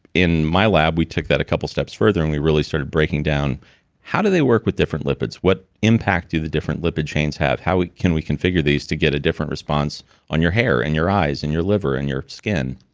in my lab, we took that a couple steps further, and we really started breaking down how do they work with different lipids? what impact do the different lipid chains have? how can we configure these to get a different response on your hair, in your eyes, in your liver, in your skin?